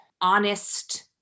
honest